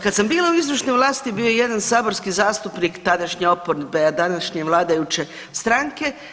Kad sam bila u izvršnoj vlasti, bio je jedan saborski zastupnik tadašnje oporbe, a današnje vladajuće stranke.